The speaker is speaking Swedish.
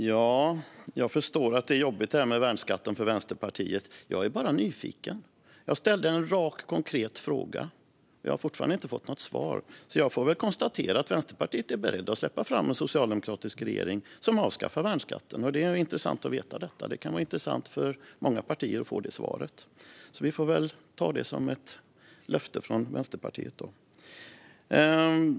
Fru talman! Jag förstår att värnskatten är jobbig för Vänsterpartiet. Jag är dock bara nyfiken. Jag ställde en rak och konkret fråga men har fortfarande inte fått svar. Jag får väl bara konstatera att Vänsterpartiet är berett att släppa fram en socialdemokratisk regering som avskaffar värnskatten. Det är intressant att veta. Det kan även vara intressant för många andra partier att få ett sådant svar. Vi får kanske ta det som ett löfte från Vänsterpartiet.